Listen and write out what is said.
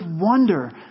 wonder